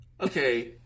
okay